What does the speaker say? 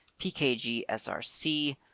pkgsrc